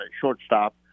shortstop